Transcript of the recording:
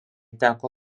teko